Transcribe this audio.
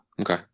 Okay